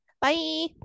Bye